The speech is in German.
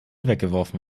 weggeworfen